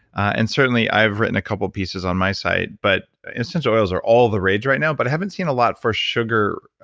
and certainly i've written a couple of pieces on my site, but essential oils are all the rage right now, but i haven't seen a lot for sugar.